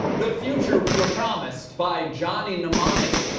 the future we were promised by johnny mnemonic,